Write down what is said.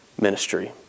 ministry